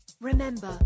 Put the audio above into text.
Remember